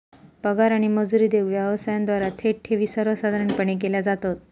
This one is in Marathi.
पगार आणि मजुरी देऊक व्यवसायांद्वारा थेट ठेवी सर्वसाधारणपणे केल्या जातत